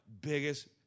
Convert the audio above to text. biggest